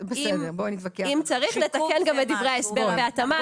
אם צריך נתקן גם את דברי ההסבר בהתאמה,